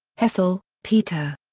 hessel, peter.